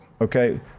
okay